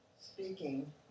speaking